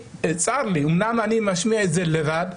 אומנם אני משמיע את זה לבד,